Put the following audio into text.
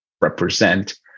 represent